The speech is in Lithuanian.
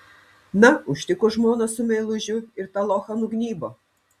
na užtiko žmoną su meilužiu ir tą lochą nugnybo